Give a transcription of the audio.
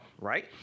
right